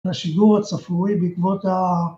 השיגור הצפוי בעקבות